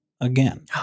again